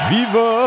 Viva